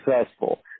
successful